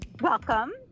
welcome